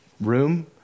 room